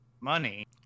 money